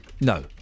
No